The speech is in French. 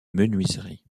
menuiserie